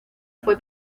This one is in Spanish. fue